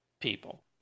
people